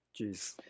Jeez